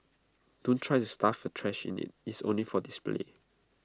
don't try to stuff your trash in IT is only for display